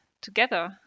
together